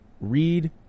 read